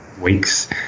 weeks